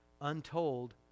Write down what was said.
untold